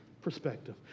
perspective